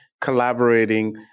collaborating